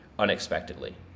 unexpectedly